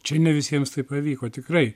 čia ne visiems tai pavyko tikrai